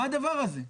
מה הדבר הזה?